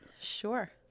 Sure